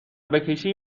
بکشی